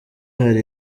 hari